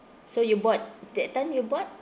so you bought that time you bought